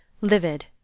livid